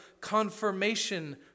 confirmation